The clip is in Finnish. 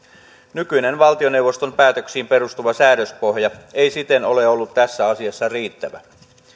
nykyinen valtioneuvoston päätöksiin perustuva säädöspohja ei siten ole ollut tässä asiassa riittävä